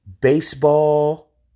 baseball